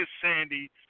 Sandy